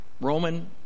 Roman